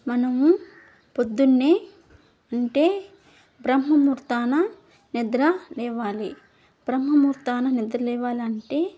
మనము పొద్దున్నే అంటే బ్రహ్మముహూర్తాన నిద్ర లేవాలి బ్రహ్మముహూర్తాన నిద్ర లేవాలంటే